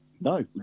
No